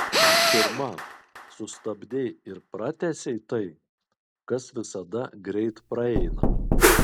pirma sustabdei ir pratęsei tai kas visada greit praeina